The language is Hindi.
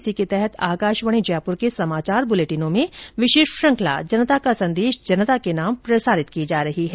इसी के तहत आकाशवाणी जयपुर के समाचार बुलेटिनों में विशेष श्रुखंला जनता का संदेश जनता के नाम प्रसारित की जा रही है